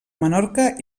menorca